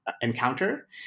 Encounter